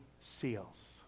SEALs